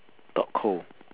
dot co